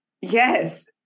Yes